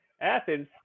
Athens